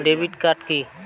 Debit card key?